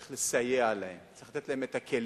צריך לסייע להם, צריך לתת להם את הכלים.